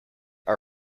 our